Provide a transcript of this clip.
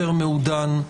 יותר מעודן,